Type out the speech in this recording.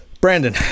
brandon